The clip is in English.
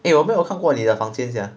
eh 我没有看过你的房间 sia